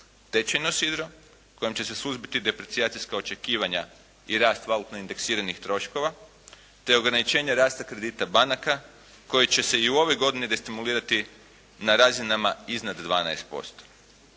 Tečeno sidro, kojim će se suzbiti deprecijacija očekivanja i rast valutno indeksiranih troškova, te ograničenja rasta kredita banaka koji će se i u ovoj godini destimulirati na razinama iznad 12%.